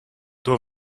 door